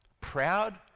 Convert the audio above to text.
proud